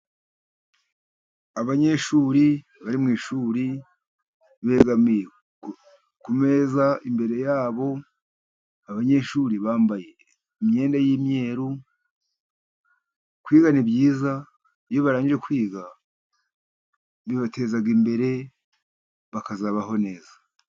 Abanyeshuri bari mu ishuri begamiye kumeza imbere yabo, abanyeshuri bambaye imyenda y'imyeru, kwiga ni byiza iyo barangije kwiga bibateza imbere bakazabaho neza.